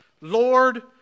Lord